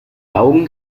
augen